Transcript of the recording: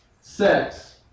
Sex